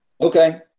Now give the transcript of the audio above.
Okay